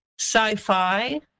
sci-fi